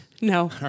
No